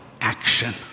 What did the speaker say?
action